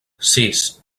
sis